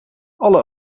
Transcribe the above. alle